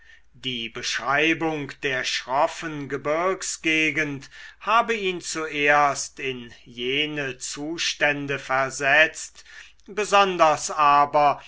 die beschreibung der schroffen gebirgsgegend habe ihn zuerst in jene zustände versetzt besonders aber